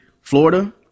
Florida